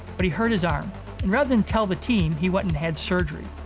but he hurt his arm. and rather than tell the team, he went and had surgery.